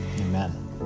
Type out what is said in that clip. Amen